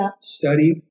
study